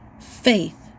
faith